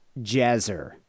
Jazzer